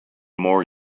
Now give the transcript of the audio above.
more